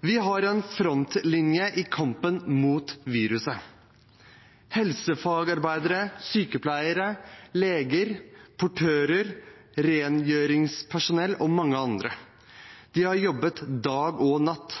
Vi har en frontlinje i kampen mot viruset – helsefagarbeidere, sykepleiere, leger, portører, rengjøringspersonell og mange andre. De har jobbet dag og natt.